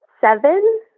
seven